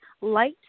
Light